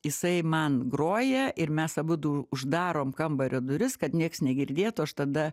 jisai man groja ir mes abudu uždarom kambario duris kad nieks negirdėtų aš tada